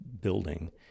building